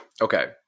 okay